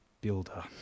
builder